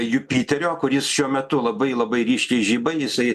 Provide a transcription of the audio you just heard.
jupiterio kuris šiuo metu labai labai ryškiai žiba jisai